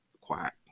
quiet